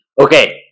Okay